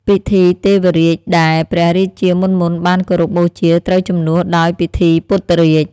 ពិធីទេវរាជដែល ព្រះរាជាមុនៗបានគោរពបូជាត្រូវជំនួសដោយពិធីពុទ្ធរាជ ។